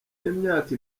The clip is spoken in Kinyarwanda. y’imyaka